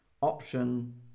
Option